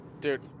dude